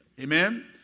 Amen